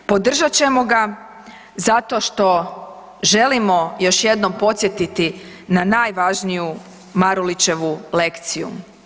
Podržat ćemo ga zato što želimo još jednom podsjetiti na najvažniju Marulićevu lekciju.